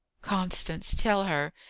constance, tell her.